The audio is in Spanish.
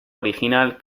original